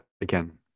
again